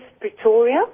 Pretoria